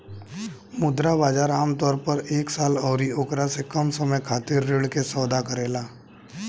मुद्रा बाजार आमतौर पर एक साल अउरी ओकरा से कम समय खातिर ऋण के सौदा करेला